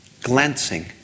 glancing